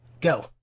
go